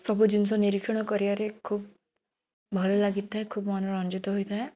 ସବୁ ଜିନିଷ ନିରିକ୍ଷଣ କରିବାରେ ଖୁବ୍ ଭଲ୍ ଲାଗିଥାଏ ଖୁବ୍ ମନୋରଞ୍ଜିତ ହୋଇଥାଏ